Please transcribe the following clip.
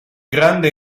grande